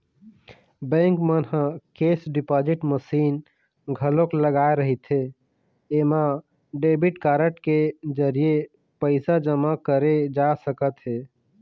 bank मन ह cash deposit machine घलोक लगाए रहिथे एमा डेबिट कारड के जरिए पइसा जमा करे जा सकत हे